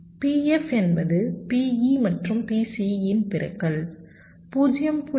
PF என்பது PE மற்றும் PC இன் பெருக்கல் 0